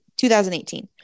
2018